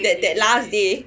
that that last day